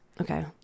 okay